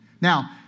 Now